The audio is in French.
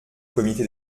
comité